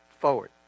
forward